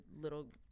little